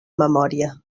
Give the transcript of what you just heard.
memòria